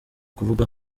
kuvuga